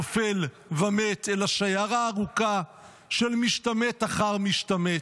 נופל ומת אלא שיירה ארוכה של משתמט אחר משתמט.